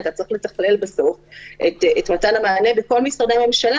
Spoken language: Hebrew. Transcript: אתה צריך לתכלל בסוף את מתן המענה בכל משרדי הממשלה,